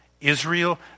Israel